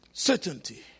Certainty